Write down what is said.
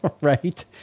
right